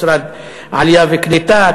משרד עלייה וקליטה,